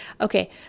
Okay